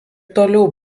toliau